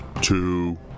Two